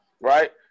Right